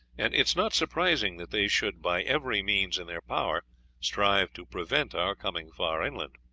and it is not surprising that they should by every means in their power strive to prevent our coming far inland.